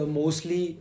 mostly